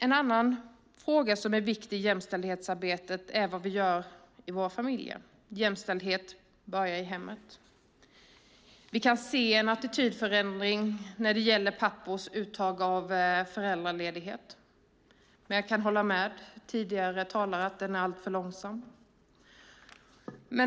En annan fråga som är viktig i jämställdhetsarbetet är vad vi gör i våra familjer. Jämställdhet börjar i hemmet. Vi kan se en attitydförändring när det gäller pappors uttag av föräldraledighet, men jag kan hålla med tidigare talare om att den är alltför långsam.